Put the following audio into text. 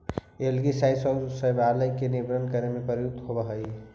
algicide शैवाल के निवारण करे में प्रयुक्त होवऽ हई